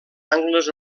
angles